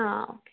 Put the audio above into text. ആ ഓക്കെ